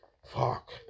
Fuck